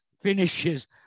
finishes